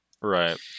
Right